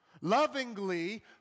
Lovingly